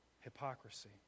hypocrisy